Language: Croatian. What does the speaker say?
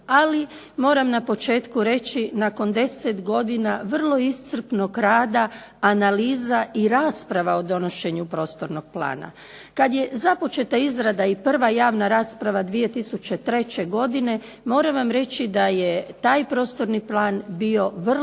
Ali moram na početku reći nakon 10 godina vrlo iscrpnog rada analiza i rasprava i donošenju prostornog plana. Kada je započeta izrada i prva javna rasprava 2003. godine moram vam reći da je taj prostorni plan bio vrlo